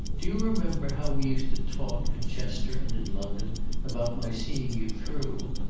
do you remember how we used to talk at chester and in london about my seeing you through?